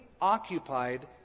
occupied